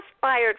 fired